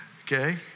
Okay